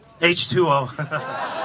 H2O